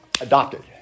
adopted